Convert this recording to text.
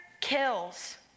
kills